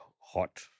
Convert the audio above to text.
hot